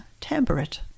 temperate